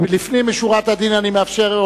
לפנים משורת הדין אני מאפשר,